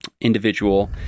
individual